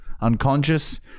unconscious